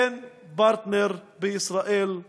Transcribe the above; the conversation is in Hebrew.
אין פרטנר בישראל.